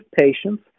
patients